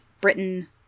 Britain